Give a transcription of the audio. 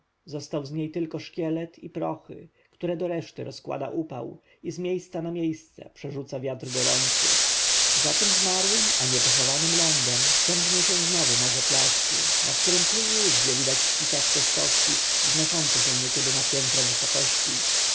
został z niej tylko szkielet i prochy które do reszty rozkłada upał i z miejsca na miejsce przerzuca wiatr gorący za tym zmarłym a niepochowanym lądem ciągnie się znowu morze piasku na którem tu i owdzie widać śpiczaste stożki wznoszące się niekiedy na piętro wysokości